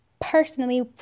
personally